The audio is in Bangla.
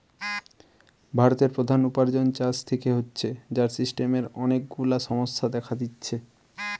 ভারতের প্রধান উপার্জন চাষ থিকে হচ্ছে, যার সিস্টেমের অনেক গুলা সমস্যা দেখা দিচ্ছে